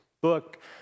book